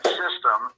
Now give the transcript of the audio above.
system